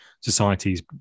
societies